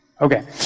Okay